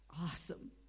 awesome